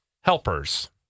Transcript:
helpers